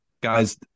Guys